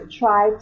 try